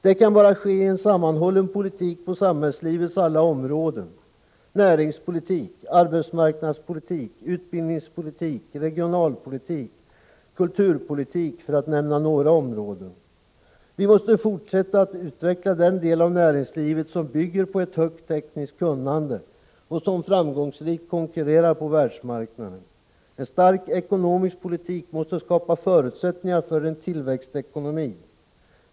Det kan bara ske i en sammanhållen politik på samhällslivets alla områden: näringspolitik, arbetsmarknadspolitik, utbildningspolitik, regionalpolitik, kulturpolitik, för att nämna några områden. Vi måste fortsätta att utveckla den del av näringslivet som bygger på ett högt tekniskt kunnande och som framgångsrikt konkurrerar på världsmarknaden. En stark ekonomisk politik måste skapa förutsättningar för en tillväxtekonomi.